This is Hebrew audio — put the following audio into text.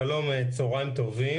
שלום, צהריים טובים.